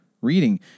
reading